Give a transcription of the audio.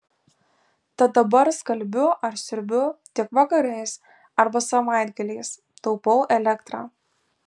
tad dabar skalbiu ar siurbiu tik vakarais arba savaitgaliais taupau elektrą